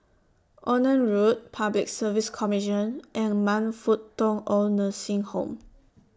Onan Road Public Service Commission and Man Fut Tong Oid Nursing Home